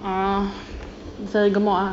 ah pasal dia gemuk ah